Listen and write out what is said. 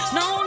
no